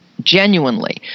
genuinely